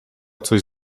coś